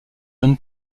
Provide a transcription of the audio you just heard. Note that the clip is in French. don